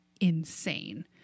insane